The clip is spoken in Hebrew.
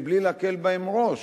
מבלי להקל בהן ראש.